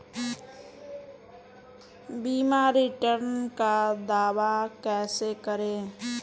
बीमा रिटर्न का दावा कैसे करें?